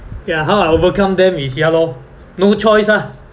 ya how I overcome them is ya lor no choice ah